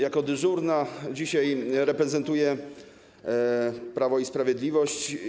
jako dyżurna dzisiaj reprezentuje Prawo i Sprawiedliwość.